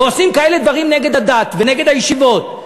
ועושים כאלה דברים נגד הדת ונגד הישיבות,